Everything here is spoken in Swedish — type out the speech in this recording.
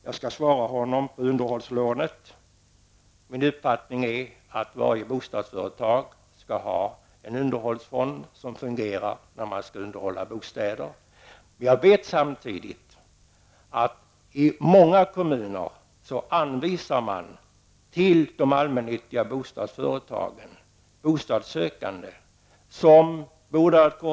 Jag skall svara på hans fråga om underhållslån. Min uppfattning är att varje bostadsföretag skall ha en underhållsfond som fungerar när man skall underhålla bostäder. Samtidigt vet jag att det i många kommuner anvisar man bostadssökande till de allmännyttiga bostadsföretagen som bara bor en kort tid i husen.